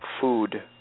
Food